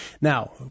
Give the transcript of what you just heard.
Now